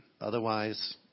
Otherwise